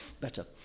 better